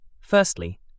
Firstly